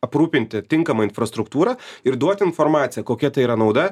aprūpinti tinkamą infrastruktūrą ir duoti informaciją kokia tai yra nauda